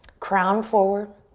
crown forward.